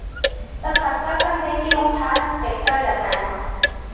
त कतका कन देके उठाय हस टेक्टर ल तैय हा?